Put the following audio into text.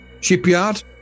Shipyard